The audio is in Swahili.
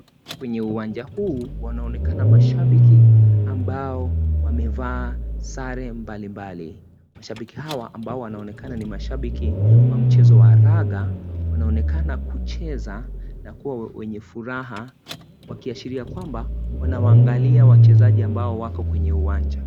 Kwenye uwanja huu wanaonekana mashabiki ambao wamevaa sare mbalimbali. Mashabiki hawa ambao wanaonekana ni mashabiki wa mchezo wa raga wanaonekana kucheza na kuwa wenye furaha wakiashiria kwamba wanawangalia wachezaji ambao wako kwenye uwanja.